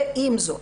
עם זאת,